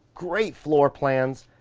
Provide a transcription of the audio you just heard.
great floor plans.